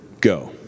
go